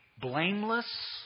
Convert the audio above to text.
blameless